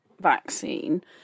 vaccine